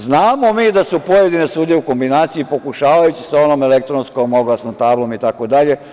Znamo mi da su pojedine sudije u kombinaciji pokušavajući sa onom elektronskom oglasnom tablom itd.